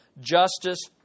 justice